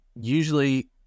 usually